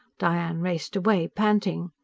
diane raced away, panting.